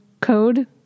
code